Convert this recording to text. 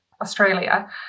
Australia